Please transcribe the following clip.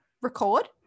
record